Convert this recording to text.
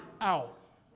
out